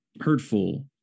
hurtful